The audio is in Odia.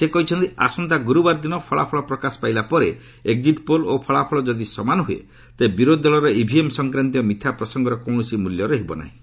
ସେ କହିଛନ୍ତି ଆସନ୍ତା ଗୁରୁବାର ଦିନ ଫଳାଫଳ ପ୍ରକାଶ ପାଇଲା ପରେ ଏକ୍ଜିଟ୍ ପୋଲ୍ ଓ ଫଳାଫଳ ଯଦି ସମାନ ହୁଏ ତେବେ ବିରୋଧୀ ଦଳର ଇଭିଏମ୍ ସଂକ୍ରାନ୍ତୀୟ ମିଥ୍ୟା ପ୍ରସଙ୍ଗର କୌଣସି ମିଲ୍ୟ ରହିବ ନାହିଁ